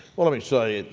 let me say,